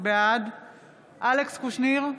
בעד אלכס קושניר,